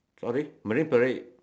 sorry marine Parade